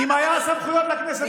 אם היו סמכויות לכנסת,